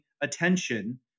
attention